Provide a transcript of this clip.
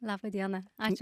laba diena ačiū